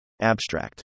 Abstract